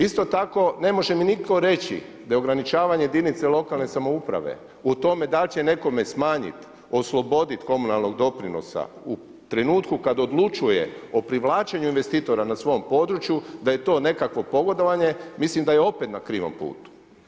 Isto tako, ne može mi nitko reći, da ograničavanje jedinice lokalne samouprave, u tome dal će nekome smanjiti, osloboditi komunalnog doprinosa u trenutku kad odlučuje o privlačenju investitora na svom području, da je to nekakvo pogodovanje, mislim da je opet na krivom putu.